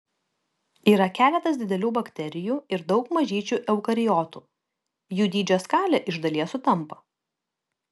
yra keletas didelių bakterijų ir daug mažyčių eukariotų jų dydžio skalė iš dalies sutampa